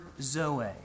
zoe